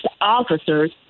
officers